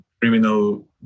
criminal